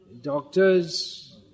Doctors